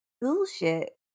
bullshit